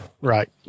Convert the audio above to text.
Right